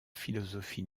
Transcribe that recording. philosophie